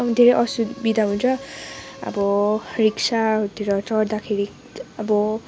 धेरै असुविधा हुन्छ अब रिक्साहरूतिर चढ्दाखेरि अब